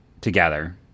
together